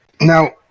now